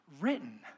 written